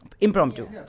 Impromptu